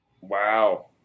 Wow